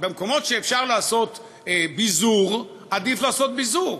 במקומות שאפשר לעשות ביזור עדיף לעשות ביזור,